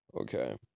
Okay